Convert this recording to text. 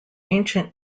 ancient